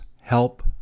help